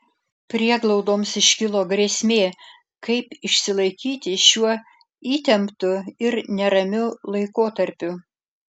prieglaudoms iškilo grėsmė kaip išsilaikyti šiuo įtemptu ir neramiu laikotarpiu